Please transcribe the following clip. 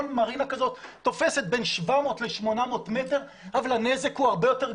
כל מרינה כזאת תופסת בין 700 ל-800 מטרים אבל הנזק הוא הרבה יותר גדול.